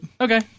Okay